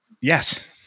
yes